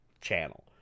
channel